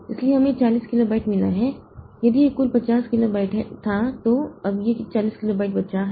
इसलिए हमें 40 किलोबाइट मिला है यदि यह कुल 50 किलोबाइट था तो अब यह 40 किलोबाइट बचा है